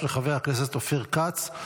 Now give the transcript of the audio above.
של חבר הכנסת אופיר כץ,